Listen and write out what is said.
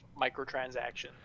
microtransactions